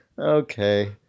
okay